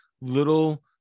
little